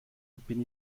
bin